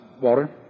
Walter